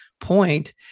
point